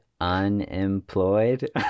unemployed